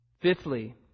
Fifthly